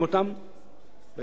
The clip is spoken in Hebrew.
גם זה מבחינתי פתרון טוב.